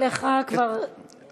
נתתי לך כבר יותר מדי.